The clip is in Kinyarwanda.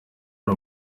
ari